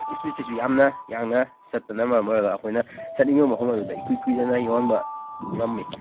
ꯁ꯭ꯄꯤꯠꯁꯤꯁꯨ ꯌꯥꯝꯅ ꯌꯥꯡꯅ ꯆꯠꯄꯅ ꯃꯔꯝ ꯑꯣꯏꯔꯒ ꯑꯩꯈꯣꯏꯅ ꯆꯠꯅꯤꯡꯉꯤꯕ ꯃꯐꯝ ꯑꯗꯨꯗ ꯏꯀꯨꯏ ꯀꯨꯏꯗꯅ ꯌꯧꯍꯟꯕ ꯉꯝꯃꯤ